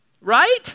right